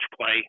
play